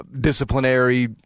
disciplinary